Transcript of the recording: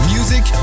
Music